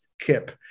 Kip